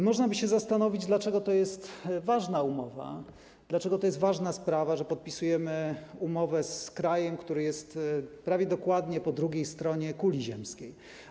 Można by się zastanowić, dlaczego to jest ważna umowa, dlaczego to jest ważna sprawa, że podpisujemy umowę z krajem, który jest prawie dokładnie po drugiej stronie kuli ziemskiej.